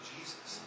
Jesus